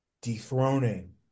dethroning